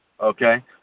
okay